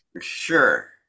sure